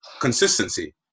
Consistency